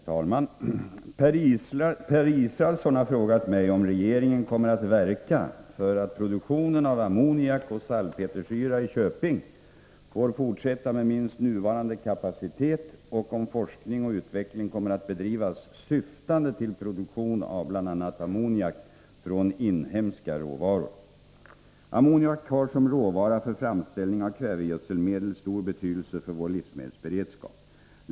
Herr talman! Per Israelsson har frågat mig om regeringen kommer att verka för att produktionen av ammoniak och salpetersyra i Köping får fortsätta med minst nuvarande kapacitet och om forskning och utveckling kommer att bedrivas, syftande till produktion av bl.a. ammoniak från inhemska råvaror. Ammoniak har som råvara för framställning av kvävegödselmedel stor betydelse för vår livsmedelsberedskap.